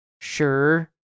Sure